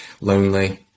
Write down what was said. lonely